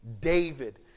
David